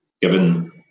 given